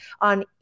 on